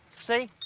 see.